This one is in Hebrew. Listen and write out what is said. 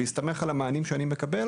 בהסתמך על המענים שאני מקבל